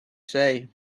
say